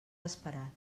esperat